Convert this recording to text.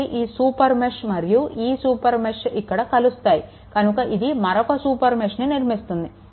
కాబట్టి ఈ super mesh మరియు ఈ సూపర్ మెష్ ఇక్కడ కలుస్తాయి కనుక ఇది మరొక సూపర్ మెష్ని నిర్మిస్తుంది